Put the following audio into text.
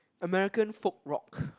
American folk rock